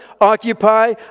Occupy